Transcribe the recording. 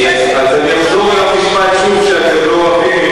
אז אני אחזור על המשפט שאתם לא אוהבים,